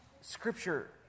Scripture